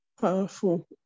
powerful